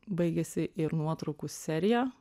baigėsi ir nuotraukų serija